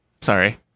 sorry